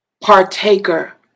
partaker